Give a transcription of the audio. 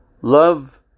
Love